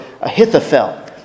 Ahithophel